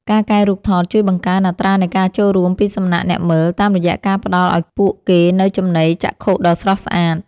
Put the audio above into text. ការកែរូបថតជួយបង្កើន អត្រានៃការចូលរួម ពីសំណាក់អ្នកមើល តាមរយៈការផ្ដល់ឱ្យពួកគេនូវចំណីចក្ខុដ៏ស្រស់ស្អាត។